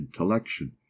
intellection